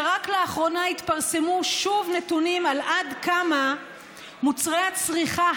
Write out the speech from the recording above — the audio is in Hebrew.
שרק לאחרונה התפרסמו שוב נתונים על עד כמה מוצרי הצריכה,